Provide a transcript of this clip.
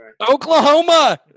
Oklahoma